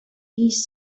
these